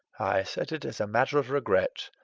i said it as a matter of regret.